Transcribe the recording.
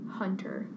hunter